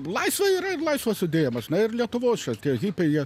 laisvė yra ir laisvas judėjimas na ir lietuvos čia tie hipiai jie